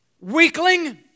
Weakling